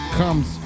comes